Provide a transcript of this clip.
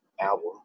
album